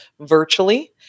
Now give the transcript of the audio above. virtually